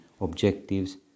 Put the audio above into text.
objectives